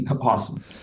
Awesome